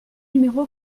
numéro